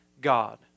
God